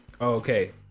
okay